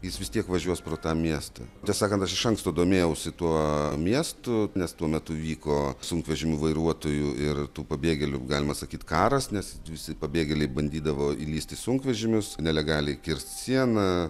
jis vis tiek važiuos pro tą miestą ties sakant aš iš anksto domėjausi tuo miestu nes tuo metu vyko sunkvežimių vairuotojų ir tų pabėgėlių galima sakyt karas nes visi pabėgėliai bandydavo įlįst į sunkvežimius nelegaliai kirst sieną